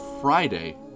Friday